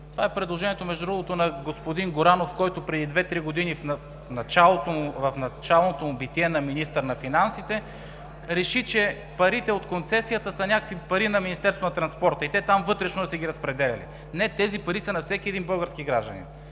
това е предложението, между другото, на господин Горанов, който преди две, три години в началното му битие на министър на финансите, реши, че парите от концесията са някакви пари на Министерството на транспорта и те там вътрешно да си ги разпределяли. Не, тези пари са на всеки един български гражданин,